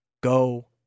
Go